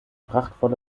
prachtvolle